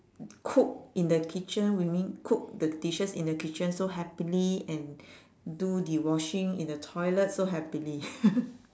cook in the kitchen we mean cook the dishes in the kitchen so happily and do the washing in the toilet so happily